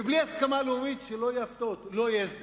בלי הסכמה לאומית, שלא יהיו הפתעות, לא יהיה הסדר,